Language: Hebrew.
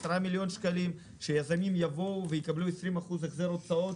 ב-10 מיליון שקלים שיזמים יבואו ויקבלו החזר הוצאות